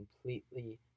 completely